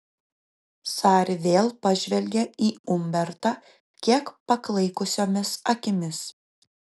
sari vėl pažvelgia į umbertą kiek paklaikusiomis akimis